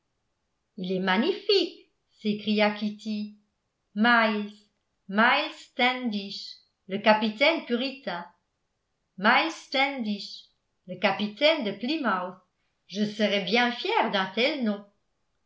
il est magnifique s'écria kitty miles miles standish le capitaine puritain miles standish le capitaine de plymouth je serais bien fière d'un tel nom